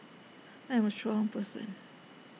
I am A strong person